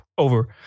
over